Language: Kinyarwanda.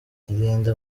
irinde